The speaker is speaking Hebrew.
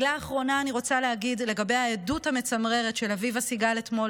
אני רוצה להגיד מילה אחרונה לגבי העדות המצמררת של אביבה סיגל אתמול